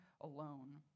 alone